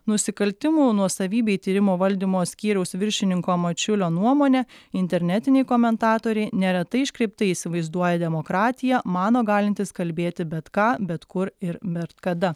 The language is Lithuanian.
nusikaltimų nuosavybei tyrimo valdymo skyriaus viršininko mačiulio nuomone internetiniai komentatoriai neretai iškreiptai įsivaizduoja demokratiją mano galintys kalbėti bet ką bet kur ir bet kada